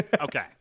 Okay